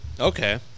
Okay